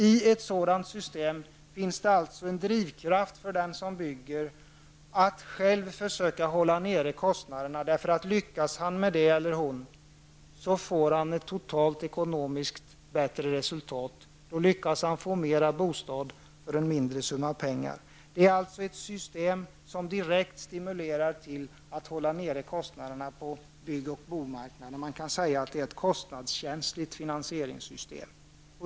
I ett sådant system finns det en drivkraft för dem som bygger att själva försöka hålla nere kostnaderna. Lyckas de med det så får de totalt ett ekonomiskt bättre resultat -- mera bostad för en mindre summa pengar. Det är ett system som direkt stimulerar till att hålla nere kostnaderna på byggoch bostadsmarknaden. Man kan säga att det är ett kostnadskänsligt finansieringssystem.